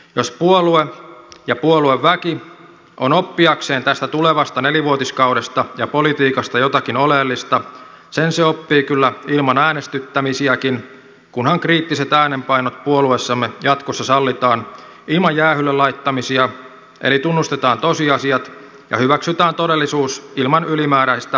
jos puolue ja puolueväki on oppiakseen tästä tulevasta nelivuotiskaudesta ja politiikasta jotakin oleellista sen se oppii kyllä ilman äänestyttämisiäkin kunhan kriittiset äänenpainot puolueessamme jatkossa sallitaan ilman jäähylle laittamisia eli tunnustetaan tosiasiat ja hyväksytään todellisuus ilman ylimääräistä värittämistä